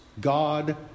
God